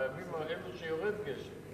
בימים האלה שבהם יורד גשם.